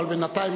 אבל בינתיים,